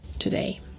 today